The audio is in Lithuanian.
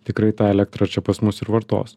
tikrai tą elektrą čia pas mus ir vartos